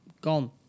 Gone